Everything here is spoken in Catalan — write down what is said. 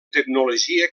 tecnologia